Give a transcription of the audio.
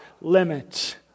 limit